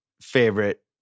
favorite